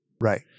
Right